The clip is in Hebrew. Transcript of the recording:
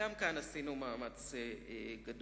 גם כאן עשינו מאמץ גדול.